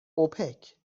اوپک